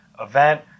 event